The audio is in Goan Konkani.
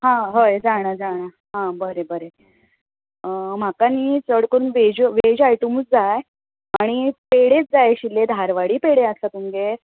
आं हय जाणां जाणां आं बरें बरें म्हाका न्हय चड करुन वॅज वॅज आयटमूच जाय आनी पेडेच जाय आशिल्ले धारवाडी पेडे आसा तुमगेर